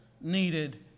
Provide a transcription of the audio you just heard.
needed